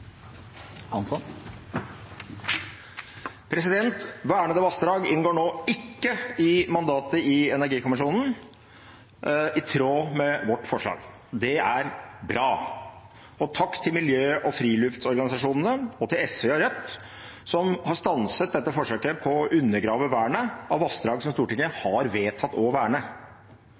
bra, og takk til miljø- og friluftsorganisasjonene, og til SV og Rødt, som har stanset dette forsøket på å undergrave vernet av vassdrag som Stortinget har vedtatt å verne.